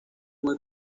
muy